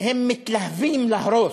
הם מתלהבים להרוס?